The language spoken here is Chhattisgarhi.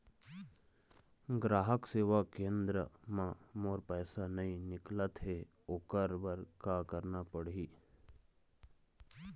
ग्राहक सेवा केंद्र म मोर पैसा नई निकलत हे, ओकर बर का करना पढ़हि?